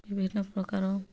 ବିଭିନ୍ନପ୍ରକାର